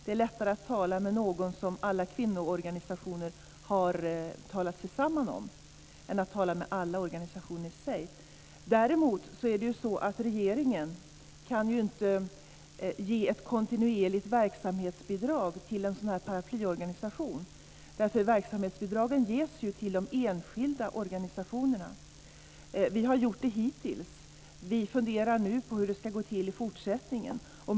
Det är lättare att tala med en part som alla kvinnoorganisationer har talat sig samman om än att tala med alla organisationer för sig. Däremot kan regeringen inte ge ett kontinuerligt verksamhetsbidrag till en sådan paraplyorganisation. Verksamhetsbidragen ges till de enskilda organisationerna. Vi har gjort det hittills. Vi funderar nu på hur det ska gå till i fortsättningen.